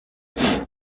alla